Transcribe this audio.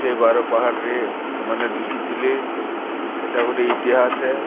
ସେ ବାର ପାହାଡ଼୍ରେ ସେମାନେ ଲୁଚିଥିଲେ ସେଟା ଗୋଟେ ଇତିହାସ୍ ଆଏ